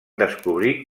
descobrir